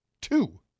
Two